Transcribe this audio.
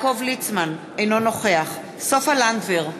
אינו נוכח סופה לנדבר,